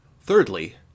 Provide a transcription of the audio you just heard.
Thirdly